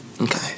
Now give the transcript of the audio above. Okay